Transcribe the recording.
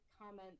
comment